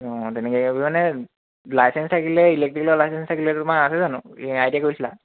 অঁ তেনেকৈ মানে লাইচেঞ্চ থাকিলে ইলেক্ট্ৰিকৰ লাইচেঞ্চ থাকিলে তোমাৰ আছে জানো এই আই টি আই কৰিছিলা